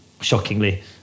Shockingly